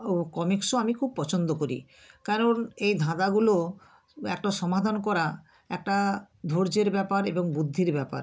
ও কমিকসও আমি খুব পছন্দ করি কারণ এই ধাঁধাগুলো একটা সমাধান করা একটা ধৈর্যের ব্যাপার এবং বুদ্ধির ব্যাপার